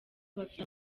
bafite